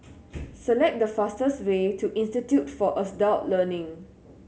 select the fastest way to Institute for Adult Learning